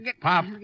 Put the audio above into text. Pop